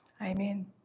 Amen